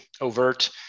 overt